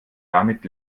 damit